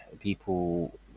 people